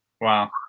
Wow